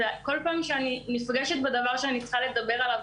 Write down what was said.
וכל פעם שאני צריכה לדבר על זה,